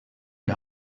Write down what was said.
die